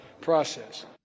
process